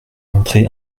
montré